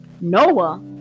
Noah